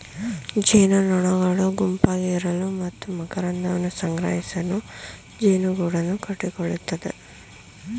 ಜೇನುನೊಣಗಳು ಗುಂಪಾಗಿ ಇರಲು ಮತ್ತು ಮಕರಂದವನ್ನು ಸಂಗ್ರಹಿಸಲು ಜೇನುಗೂಡನ್ನು ಕಟ್ಟಿಕೊಳ್ಳುತ್ತವೆ